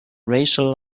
racial